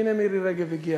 הנה, מירי רגב הגיעה.